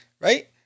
Right